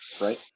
right